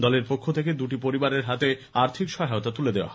দলের পক্ষ থেকে দুটি পরিবারের হাতে আর্থিক সহায়তা তুলে দেওয়া হয়